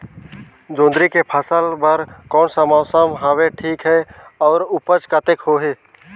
जोंदरी के फसल बर कोन सा मौसम हवे ठीक हे अउर ऊपज कतेक होही?